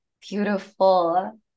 beautiful